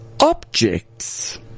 objects